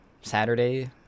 Saturday